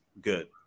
good